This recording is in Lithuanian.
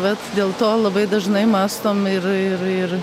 vat dėl to labai dažnai mąstom ir ir ir